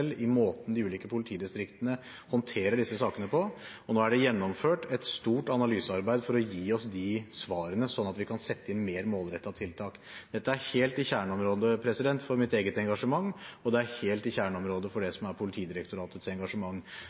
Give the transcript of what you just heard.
i måten de ulike politidistriktene håndterer disse sakene på, og nå er det gjennomført et stort analysearbeid for å gi oss de svarene, sånn at vi kan sette inn mer målrettede tiltak. Dette er helt i kjerneområdet for mitt eget engasjement, og det er helt i kjerneområdet for det som er Politidirektoratets engasjement.